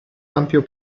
ampio